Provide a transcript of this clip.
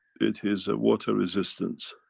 it is a water resistance.